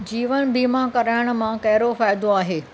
जीवन बीमा कराइण मां कहिड़ो फ़ाइदो आहे